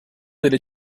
delle